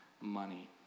money